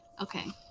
Okay